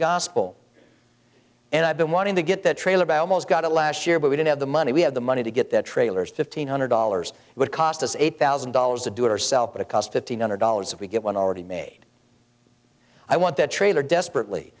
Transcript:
gospel and i've been wanting to get that trailer by almost got it last year but we didn't have the money we have the money to get the trailers fifteen hundred dollars it would cost us eight thousand dollars to do it ourselves but it cost fifteen hundred dollars if we get one already made i want that trailer desperately